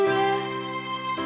rest